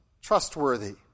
trustworthy